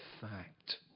fact